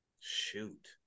shoot